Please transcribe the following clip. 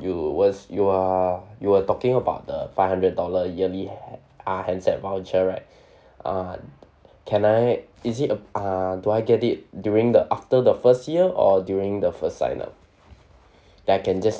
you was you are you were talking about the five hundred dollar yearly ah handset voucher right uh can I is it uh ah do I get it during the after the first year or during the first sign up that I can just